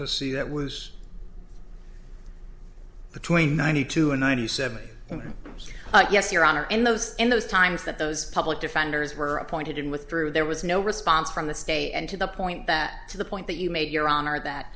to see that was between ninety two and ninety seven and yes your honor in those in those times that those public defenders were appointed with through there was no response from the state and to the point that to the point that you made your honor that